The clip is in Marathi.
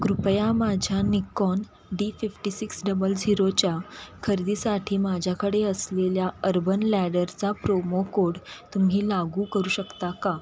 कृपया माझ्या Nikon D fifty six double झिरोच्या खरेदीसाठी माझ्याकडे असलेल्या अर्बन लॅडरचा प्रोमो कोड तुम्ही लागू करू शकता का